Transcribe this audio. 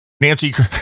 Nancy